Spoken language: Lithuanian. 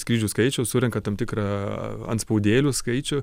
skrydžių skaičių surenka tam tikrą antspaudėlių skaičių